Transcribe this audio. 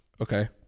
Okay